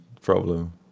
problem